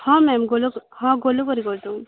ହଁ ମ୍ୟାମ୍ ଗୋଲ୍ ହଁ ଗୋଲୁ କରି କରିଦିଅନ୍ତୁ